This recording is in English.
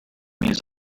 means